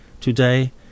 Today—